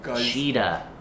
Cheetah